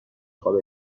خوابه